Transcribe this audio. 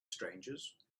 strangers